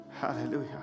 Hallelujah